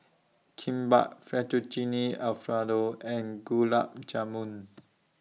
Kimbap Fettuccine Alfredo and Gulab Jamun